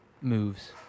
moves